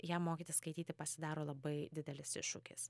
jam mokytis skaityti pasidaro labai didelis iššūkis